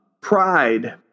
pride